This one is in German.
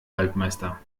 waldmeister